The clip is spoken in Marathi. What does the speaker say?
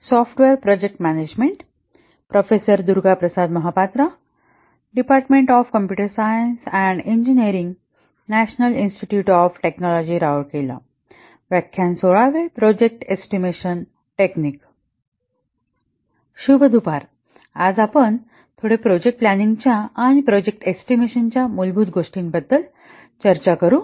शुभ दुपार आज आपण थोडे प्रोजेक्ट प्लॅनिंगच्या आणि प्रोजेक्ट एस्टिमेशनच्या मूलभूत गोष्टींबद्दल चर्चा करू